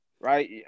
right